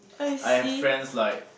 I have friends like